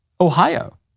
Ohio